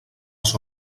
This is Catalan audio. els